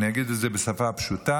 אני אגיד את זה בשפה פשוטה: